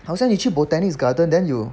好像你去 botanic garden then you